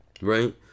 Right